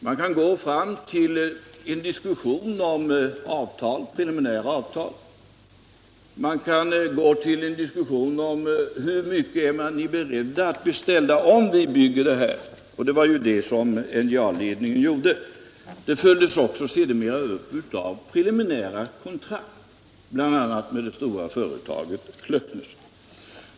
Man kan gå till att diskutera om hur mycket företag är beredda att beställa om man bygger, och det var det som NJA:s ledning gjorde. Det följdes sedermera upp av preliminära kontrakt.